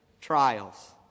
trials